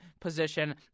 position